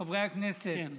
חברי הכנסת,